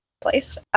place